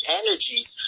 energies